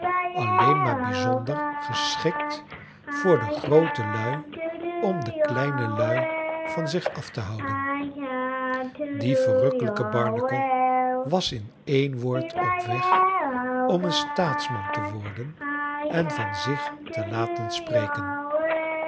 alleen maar bijzonder geschikt voor de groote hii om de kleine lui van zich af te houden die verrukkclijke barnacle was in een woord op weg om een staatsman te worden en van zich te laten spreken